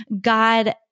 God